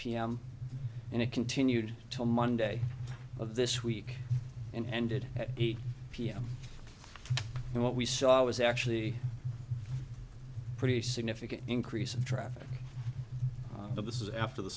m and it continued till monday of this week and ended at eight p m and what we saw was actually pretty significant increase of traffic but this is after the